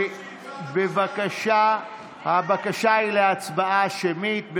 הבקשה היא להצבעה שמית.